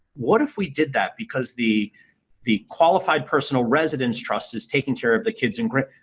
what if we did that because the the qualified personal resident's trust is taking care of the kids and grand.